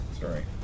Sorry